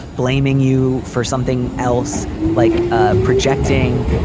blaming you for something else like ah projecting,